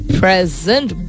present